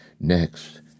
Next